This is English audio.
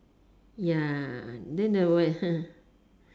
ya then the